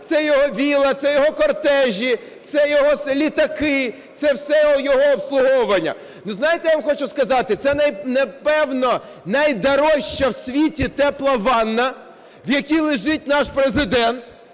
це його вілла, це його кортежі, це його літаки – це все його обслуговування. Ви знаєте, я вам хочу сказати, це, напевно, найдорожча в світі тепла ванна, в якій лежить наш Президент,